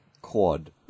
Quad